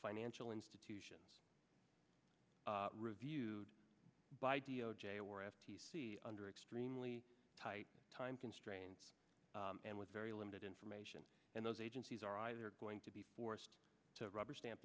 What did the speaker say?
financial institutions reviewed by d o j or f t c under extremely tight time constraints and with very limited information and those agencies are either going to be forced to rubber stamp